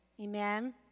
Amen